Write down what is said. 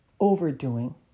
overdoing